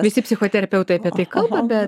visi psichoterapeutai apie tai kalba bet